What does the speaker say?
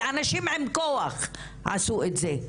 ואנשים עם כוח עשו את זה.